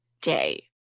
day